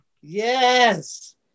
Yes